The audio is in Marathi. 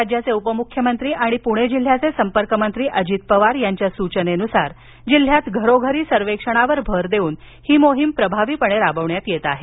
राज्याचे उपमुख्यमंत्री तथा पुणे जिल्हयाचे संपर्कमंत्री अजित पवार यांच्या सूचनेनुसार जिल्हयात घरोघरी सर्वेक्षणावर भर देवून ही मोहिम प्रभावीपणे राबविण्यात येत आहे